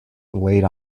laid